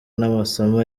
n’amasomo